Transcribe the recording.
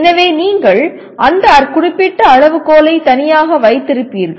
எனவே நீங்கள் அந்த குறிப்பிட்ட அளவுகோலை தனியாக வைத்திருப்பீர்கள்